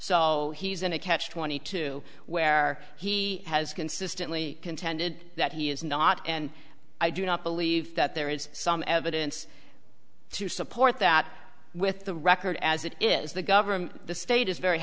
so he's in a catch twenty two where he has consistently contended that he is not and i do not believe that there is some evidence to support that with the record as it is the government the state is very